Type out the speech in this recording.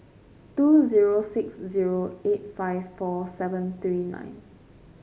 two zero six zero eight five four seven three nine